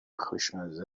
خوشمزه